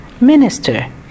minister